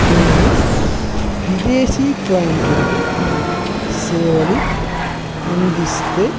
నేను విదేశీ క్లైంట్లకు సేవలు అందిస్తే